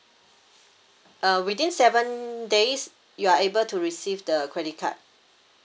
uh within seven days you are able to receive the credit card